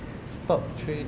stock trading